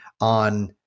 on